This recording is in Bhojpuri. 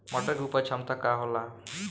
मटर के उपज क्षमता का होला?